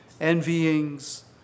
envyings